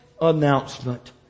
announcement